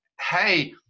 Hey